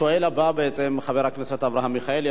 השואל הבא, חבר הכנסת אברהם מיכאלי.